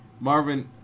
Marvin